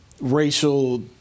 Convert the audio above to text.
racial